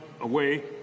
away